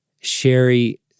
Sherry